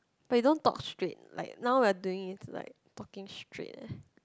but you don't talk straight like now we're doing is like talking straight eh